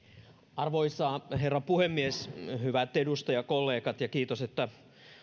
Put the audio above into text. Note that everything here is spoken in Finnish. arvoisa herra puhemies hyvät edustajakollegat ja kiitos että